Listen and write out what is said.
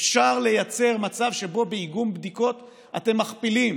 אפשר לייצר מצב שבו באיגום בדיקות אתם מכפילים